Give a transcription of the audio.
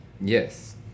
yes